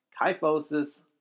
Kyphosis